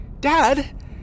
Dad